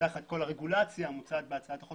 תחת כל הרגולציה שמוצעת בהצעת החוק